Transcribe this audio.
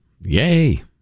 Yay